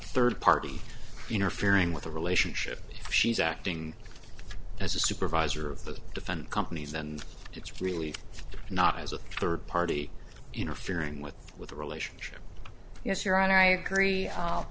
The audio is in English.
a third party interfering with a relationship she's acting as a supervisor of the different companies and it's really not as a third party interfering with with a relationship yes your honor i agree